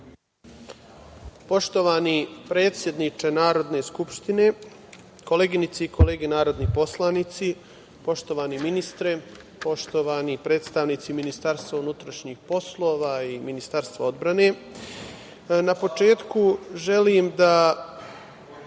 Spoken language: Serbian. Poštovani predsedniče Narodne skupštine, koleginice i kolege narodni poslanici, poštovani ministre, poštovani predstavnici Ministarstva unutrašnjih poslova i Ministarstva odbrane, na početku želim da